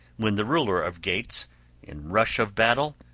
when the ruler of geats in rush of battle,